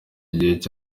gihe